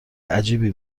عجیبی